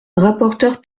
rapporteur